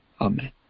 Amen